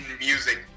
music